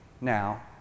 now